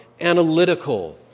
analytical